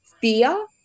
fear